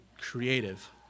creative